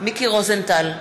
מיקי רוזנטל,